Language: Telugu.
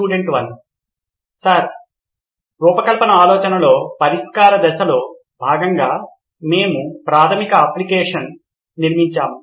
స్టూడెంట్ 1 సార్ రూపకల్పన ఆలోచనలో పరిష్కార దశలో భాగంగా మేము ప్రాథమిక అప్లికేషన్ నిర్మించాము